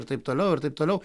ir taip toliau ir taip toliau